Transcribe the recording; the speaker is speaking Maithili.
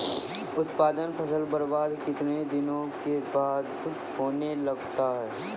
उत्पादन फसल बबार्द कितने दिनों के बाद होने लगता हैं?